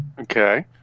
Okay